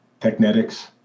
technetics